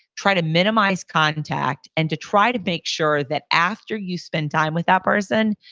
try to minimize contact and to try to make sure that after you spend time with that person,